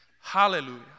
Hallelujah